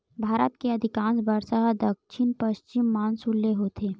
भारत के अधिकांस बरसा ह दक्छिन पस्चिम मानसून ले होथे